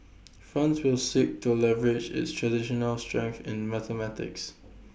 France will seek to leverage its traditional strength in mathematics